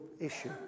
issue